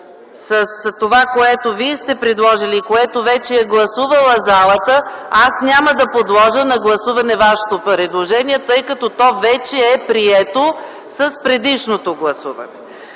с това, което сте предложили и това, което вече е гласувала залата, аз няма да подложа на гласуване вашето предложение, тъй като то вече е прието с предишното гласуване.